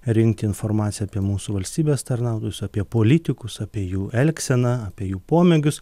rinkti informaciją apie mūsų valstybės tarnautojus apie politikus apie jų elgseną apie jų pomėgius